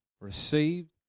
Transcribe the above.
received